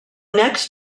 next